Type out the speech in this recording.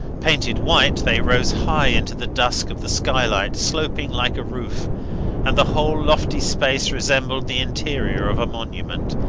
painted white, they rose high into the dusk of the skylight, sloping like a roof and the whole lofty space resembled the interior of a monument,